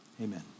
Amen